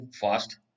fast